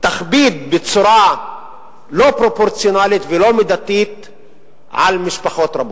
תכביד בצורה לא פרופורציונלית ולא מידתית על משפחות רבות.